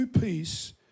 peace